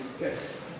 Yes